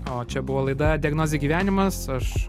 o čia buvo laida diagnozė gyvenimas aš